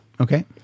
Okay